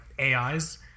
AIs